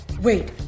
wait